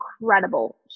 incredible